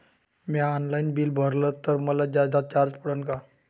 म्या online bill भरलं तर मले जादा चार्ज पडन का?